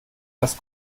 das